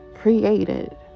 created